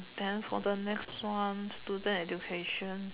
and then for the next one student education